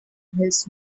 his